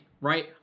right